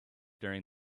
during